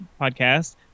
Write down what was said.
podcast